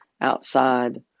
outside